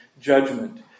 judgment